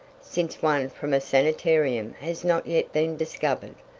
since one from a sanitarium has not yet been discovered.